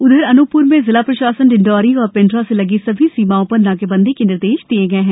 उधरअनूपप्र में ज़िला प्रशासन डिंडोरी एवं पेंड्रा से लगी सभी सीमाओं पर नाकाबंदी के निर्देश दिए हैं